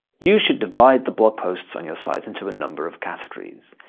you should divide the blog posts on your site into a number of categories.